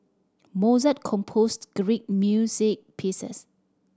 Mozart composed great music pieces